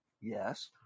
Yes